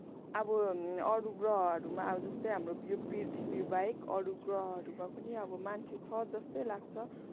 अब अरू ग्रहहरूमा अब जस्तै हाम्रो यो पृथ्वीबाहेक अरू ग्रहहरूमा पनि अब मान्छे छ जस्तै लाग्छ